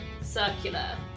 circular